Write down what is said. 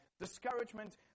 discouragement